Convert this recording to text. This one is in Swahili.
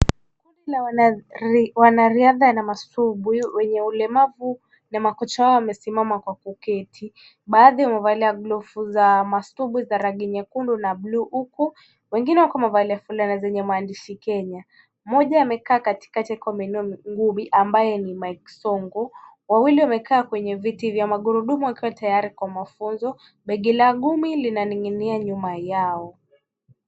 Kundi la wanariadha na masubwi wenye ulemavu na makocha wao wamesimama kwa kuketi. Baadhi wamevalia glovu za mastubwi za rangi nyekundu na bluu. Huku wengine wakiwa wamevalia fulana zenye maandishi Kenya. Mmoja amekaa katikati akiwa ameinua ngumi, ambaye ni Mike Sonko. Wengine wamekaa kwenye viti vya magurudumu wakiwa tayari kwa mafunzo. Begi la gumi linaning'inia nyuma yao.